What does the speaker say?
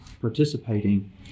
participating